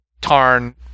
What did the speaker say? tarn